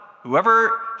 whoever